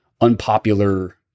unpopular